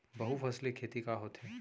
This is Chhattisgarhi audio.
बहुफसली खेती का होथे?